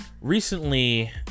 Recently